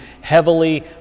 heavily